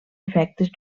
efectes